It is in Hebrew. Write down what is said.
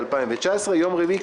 22.10.2019; יום רביעי,